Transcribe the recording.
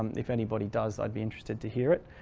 um if anybody does i'd be interested to hear it.